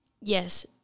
Yes